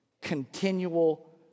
continual